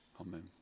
Amen